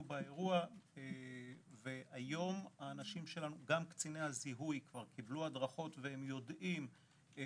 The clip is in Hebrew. באירוע והיום גם קציני הזיהוי קבלו הדרכות והם יודעים את